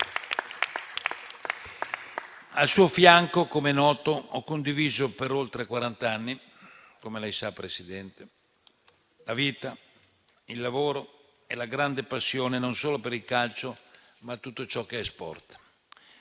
Al suo fianco, ho condiviso per oltre quarant'anni, come noto e come lei sa, Presidente, la vita, il lavoro e la grande passione non solo per il calcio, ma per tutto ciò che è sport.